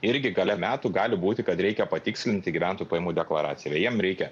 irgi gale metų gali būti kad reikia patikslinti gyventojų pajamų deklaraciją vieniem reikia